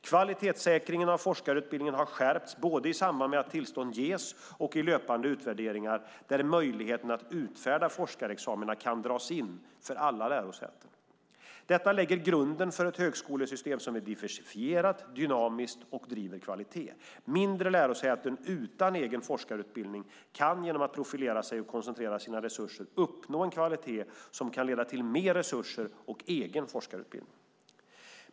Kvalitetssäkringen av forskarutbildningen har skärpts både i samband med att tillstånd ges och i löpande utvärderingar där möjligheten att utfärda forskarexamina kan dras in för alla lärosäten. Detta lägger grunden för ett högskolesystem som är diversifierat, dynamiskt och satsar på kvalitet. Mindre lärosäten utan egen forskarutbildning kan genom att profilera sig och koncentrera sina resurser uppnå en kvalitet som kan leda till mer resurser och egen forskarutbildning.